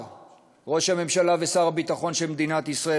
ראש הממשלה ושר הביטחון של מדינת ישראל,